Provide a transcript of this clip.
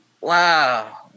wow